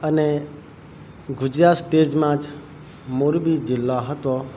અને ગુજરાત સ્ટેજમાં જ મોરબી જીલ્લો હતો